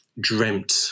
dreamt